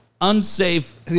unsafe